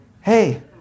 hey